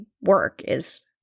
work—is